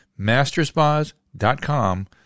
masterspas.com